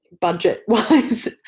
budget-wise